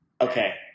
Okay